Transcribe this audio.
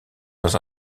dans